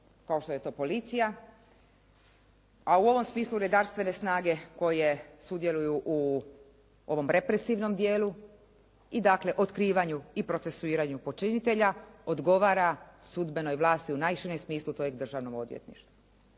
kao što je to policija a u ovom smislu redarstvene snage koje sudjeluju u ovom represivnom dijelu i dakle otkrivanju i procesuiranju počinitelja odgovara sudbenoj vlasti u najširem smislu tj. Državnom odvjetništvu